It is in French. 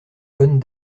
cosne